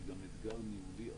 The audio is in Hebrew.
היא גם אתגר ניהולי עצום.